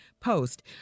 Post